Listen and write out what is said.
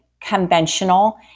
conventional